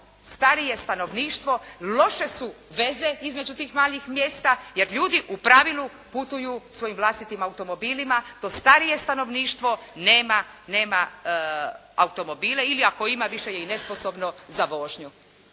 starije stanovništvo, loše su veze između tih malih mjesta jer ljudi u pravilu putuju svojim vlastitim automobilima. To starije stanovništvo nema automobile ili ako ima više je nesposobno za vožnju.